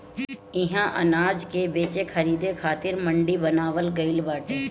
इहा अनाज के बेचे खरीदे खातिर मंडी बनावल गइल बाटे